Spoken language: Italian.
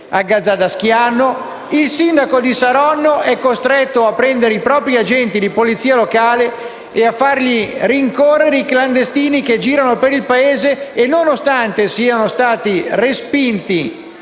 a Gazzada Schianno. Il sindaco di Saronno è costretto a usare i propri agenti di polizia locale per rincorrere i clandestini che girano per il Paese, i quali, nonostante siano stati respinti,